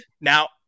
Now